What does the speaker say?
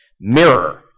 Mirror